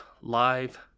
Live